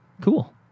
cool